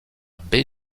baie